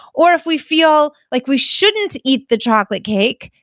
or if we feel like we shouldn't eat the chocolate cake,